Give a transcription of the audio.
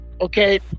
Okay